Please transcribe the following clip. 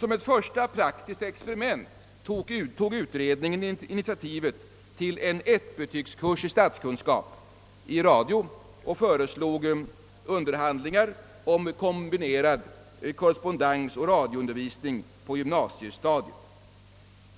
Som ett första praktiskt experiment tog utredningen initiativ till en ettbetygskurs i statskunskap i radio och föreslog underhandlingar om kombinerad korrespondensoch radioundervisning på gymnasiestadiet.